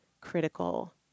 critical